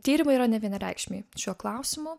tyrimai yra nevienareikšmiai šiuo klausimu